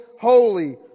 holy